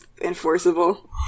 enforceable